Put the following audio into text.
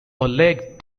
oleg